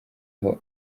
aho